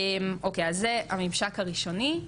אז זה הממשק הראשוני,